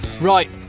Right